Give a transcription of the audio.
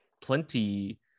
plenty